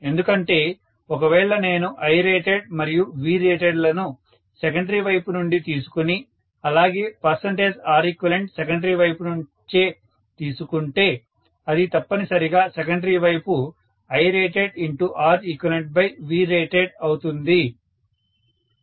ఎందుకంటే ఒకవేళ నేను Irated మరియు Vrated లను సెకండరీ వైపు నుండి తీసుకొని అలాగే Reqసెకండరీ వైపు నుంచే తీసుకుంటే అది తప్పనిసరిగా సెకండరీ వైపు IratedReqVrated అవుతుంది